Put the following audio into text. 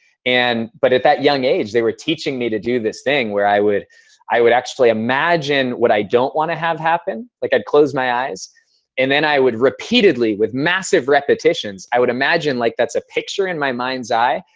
and but at that young age, they were teaching me to do this thing where i would i would actually imagine what i don't want to have happen. like i'd close my eyes and then i would repeatedly with massive repetitions, i would imagine like that's a picture in my mind's eye.